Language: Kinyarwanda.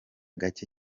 gake